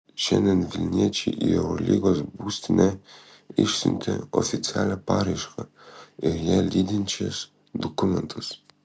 šiandien vilniečiai į eurolygos būstinę išsiuntė oficialią paraišką ir ją lydinčius dokumentus